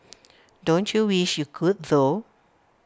don't you wish you could though